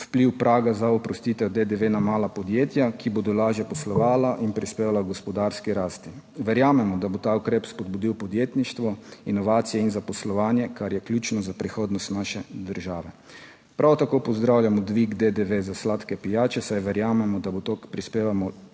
vpliv praga za oprostitev DDV na mala podjetja, ki bodo lažje poslovala in prispevala h gospodarski rasti. Verjamemo, da bo ta ukrep spodbudil podjetništvo, inovacije in zaposlovanje, kar je ključno za prihodnost naše države. Prav tako pozdravljamo dvig DDV za sladke pijače, saj verjamemo, da bo to prispevalo